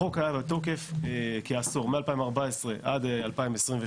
החוק היה בתוקף כעשור, מ-2014 עד 2023,